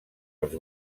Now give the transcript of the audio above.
els